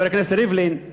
חבר הכנסת ריבלין,